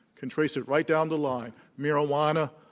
can trace it right down the line. marijuana,